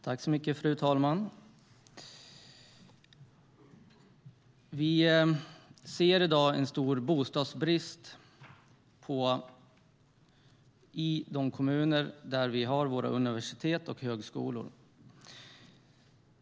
Fru talman! Det finns i dag en stor bostadsbrist i de kommuner där vi har universitet och högskolor.